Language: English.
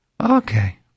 Okay